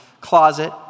closet